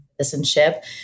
citizenship